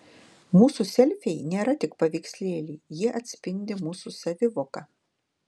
mūsų selfiai nėra tik paveikslėliai jie atspindi mūsų savivoką